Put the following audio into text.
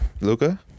Luca